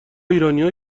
ایرانیا